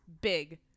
big